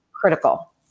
critical